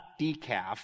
decaf